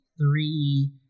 three